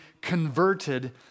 converted